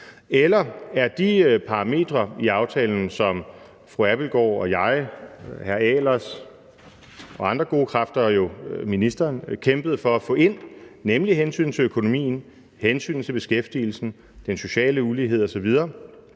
Eller er de parametre i aftalen, som fru Mette Abildgaard, jeg, hr. Tommy Ahlers og andre gode kræfter, ministeren, kæmpede for at få ind, nemlig hensynet til økonomien og hensynet til beskæftigelsen, den sociale ulighed osv.,